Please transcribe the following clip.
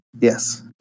Yes